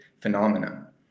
phenomena